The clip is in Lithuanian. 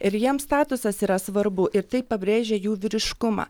ir jiems statusas yra svarbu ir taip pabrėžia jų vyriškumą